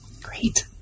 Great